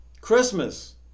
Christmas